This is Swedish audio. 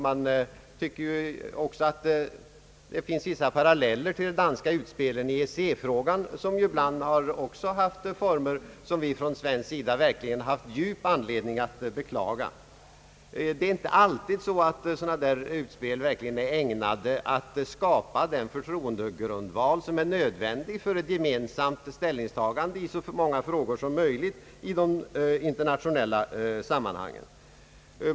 Man tycker att det finns vissa paralleller med danska utspel i EEC-frågan, vilka ibland också haft former som vi från svensk sida verkligen haft djup anledning att beklaga. Det är inte alltid så, att sådana utspel verkligen är ägnade att skapa den förtroendegrundval som är nödvändig för ett gemensamt nordiskt ställningstagande i så många frågor som möjligt i de internationella sammanhangen.